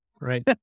Right